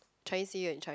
Chinese New Year in China